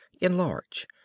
enlarge